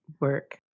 work